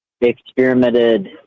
experimented